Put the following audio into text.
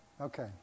Okay